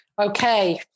Okay